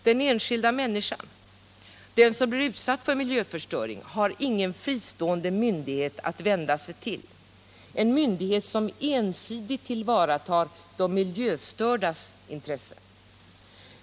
Den enskilda människan som blir utsatt för miljöförstöring har inte någon fristående myndighet att vända sig till, någon myndighet som ensidigt tillvaratar de miljöstördas intressen.